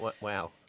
Wow